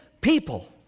people